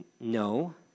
No